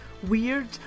Weird